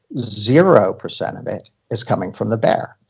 zero percent of it is coming from the bear.